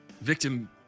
victim